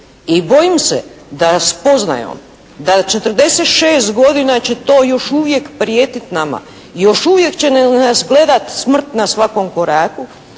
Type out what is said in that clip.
I bojim se da spoznajom da 46 godina će to još uvijek prijetit nama, još uvijek će nas gledat smrt na svakom koraku,